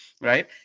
right